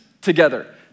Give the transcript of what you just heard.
together